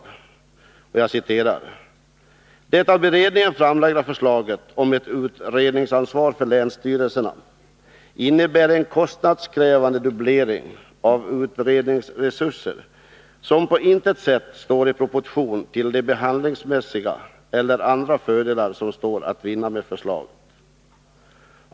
JO skriver bl.a. att ”det av beredningen framlagda förslaget om ett utredningsansvar för länsstyrelserna innebär en kostnadskrävande dubblering av utredningsresurser som på intet sätt står i proportion till de behandlingsmässiga eller andra fördelar som står att vinna med förslaget”.